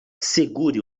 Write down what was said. segure